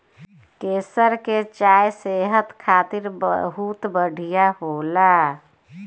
केसर के चाय सेहत खातिर बहुते बढ़िया होला